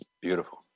Beautiful